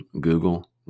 Google